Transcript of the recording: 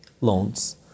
loans